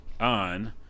on